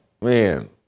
man